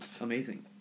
amazing